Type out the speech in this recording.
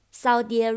Saudi